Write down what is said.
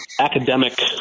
academic